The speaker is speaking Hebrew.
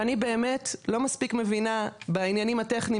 אני באמת לא מספיק מבינה בעניינים הטכניים